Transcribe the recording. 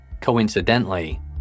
Coincidentally